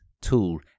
tool